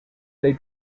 they